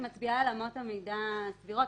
היא מצביעה על אמות מידה סבירות.